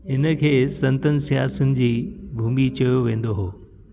इन्हीअ खे संतनि संयासियनि जी भूमी चयो वेंदो हो